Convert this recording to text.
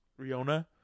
Riona